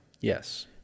Yes